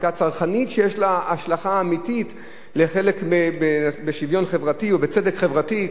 חקיקה צרכנית שיש לה השלכה אמיתית על שוויון חברתי או צדק חברתי,